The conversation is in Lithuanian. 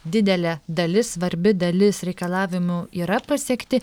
didelė dalis svarbi dalis reikalavimų yra pasiekti